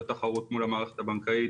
בתחרות מול המערכת הבנקאית